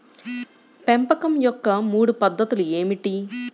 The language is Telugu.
పెంపకం యొక్క మూడు పద్ధతులు ఏమిటీ?